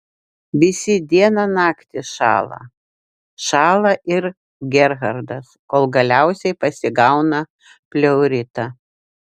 visi dieną naktį šąla šąla ir gerhardas kol galiausiai pasigauna pleuritą